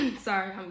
sorry